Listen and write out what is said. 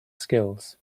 skills